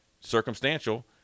circumstantial